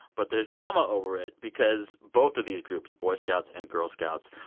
but there's drama over it because both of these groups, boy scouts and girl scouts,